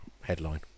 headline